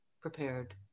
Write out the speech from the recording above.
prepared